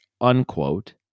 unquote